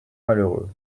malheureux